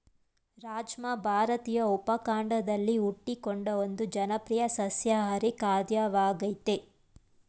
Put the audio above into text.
ರಾಜ್ಮಾ ಭಾರತೀಯ ಉಪಖಂಡದಲ್ಲಿ ಹುಟ್ಟಿಕೊಂಡ ಒಂದು ಜನಪ್ರಿಯ ಸಸ್ಯಾಹಾರಿ ಖಾದ್ಯವಾಗಯ್ತೆ